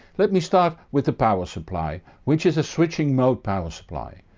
let me start with the power supply, which is a switching mode power supply.